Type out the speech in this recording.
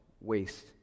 waste